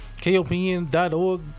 KOPN.org